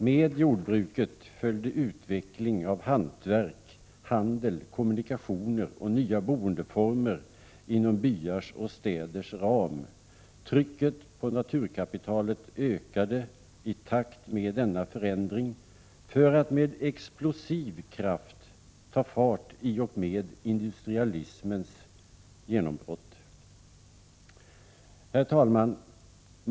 Med jordbruket följde utveckling av hantverk, handel, kommunikationer och nya boendeformer inom byars och städers ram. Trycket på naturkapitalet ökade i takt med denna förändring för att med explosiv kraft ta fart i och Herr talman!